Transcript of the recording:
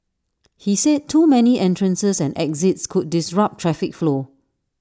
he said too many entrances and exits could disrupt traffic flow